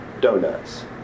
donuts